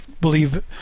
believe